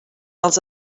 els